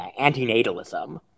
antinatalism